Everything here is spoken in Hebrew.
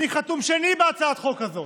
אני חתום שני בהצעת החוק הזאת,